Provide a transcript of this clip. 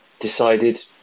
decided